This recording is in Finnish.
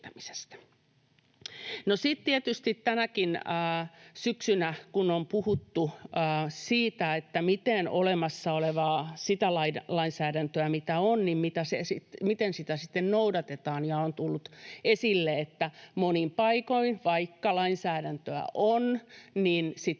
tänäkin syksynä, kun on puhuttu siitä, miten olemassa olevaa lainsäädäntöä sitten noudatetaan, niin on tullut esille, että monin paikoin, vaikka lainsäädäntöä on, sitä